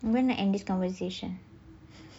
I want to end this conversation